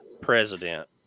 president